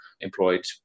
employed